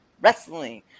Wrestling